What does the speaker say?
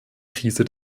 krise